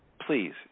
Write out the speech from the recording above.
Please